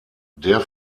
der